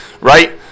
right